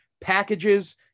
packages